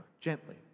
gently